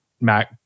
Mac